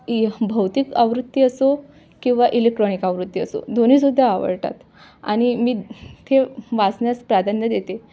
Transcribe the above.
इ भौतिक आवृत्ती असो किंवा इलेक्ट्रॉनिक आवृत्ती असो दोन्हीसुद्धा आवडतात आणि मी ते वाचण्यास प्राधान्य देते